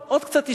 עוד קצת תישארו,